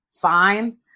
fine